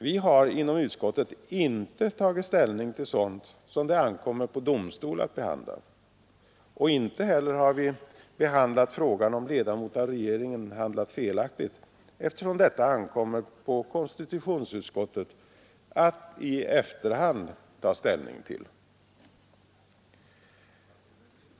Vi har inom utskottet inte tagit ställning till sådant som det ankommer på domstol att behandla, och inte heller har vi behandlat frågan om huruvida ledamot av regeringen handlat felaktigt, eftersom detta ankommer på konstitutionsutskottet att i efterhand ta ställning till.